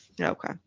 Okay